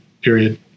period